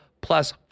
Plus